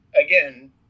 again